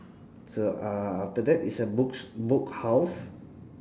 so uh after that is a books book house